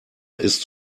ist